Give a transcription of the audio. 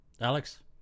alex